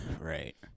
Right